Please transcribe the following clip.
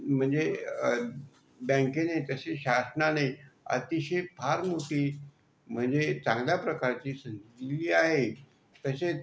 म्हणजे बँकेने तशी शासनाने अतिशय फार मोठी म्हणजे चांगल्या प्रकारची संधी दिलेली आहे तसेच